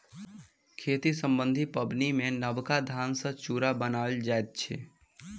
खेती सम्बन्धी पाबनिमे नबका धान सॅ चूड़ा बनाओल जाइत अछि